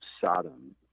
Sodom